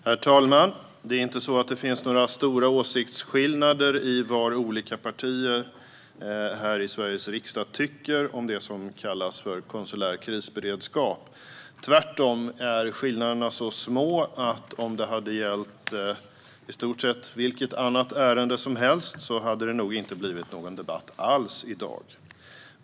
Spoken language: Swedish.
Herr talman! Det är inte så att det finns några stora åsiktsskillnader i vad olika partier här i Sveriges riksdag tycker om det som kallas för konsulär krisberedskap. Tvärtom är skillnaderna så små att det nog inte hade blivit någon debatt alls i dag om det hade gällt i stort sett vilket annat ärende som helst.